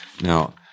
Now